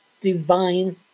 divine